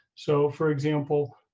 so, for example,